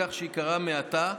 כך שייקרא מעתה,